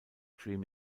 cream